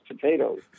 potatoes